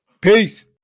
peace